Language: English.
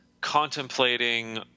contemplating